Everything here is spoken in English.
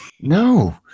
No